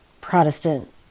Protestant